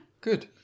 Good